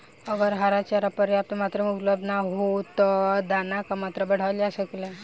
अगर हरा चारा पर्याप्त मात्रा में उपलब्ध ना होखे त का दाना क मात्रा बढ़ावल जा सकेला?